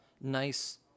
nice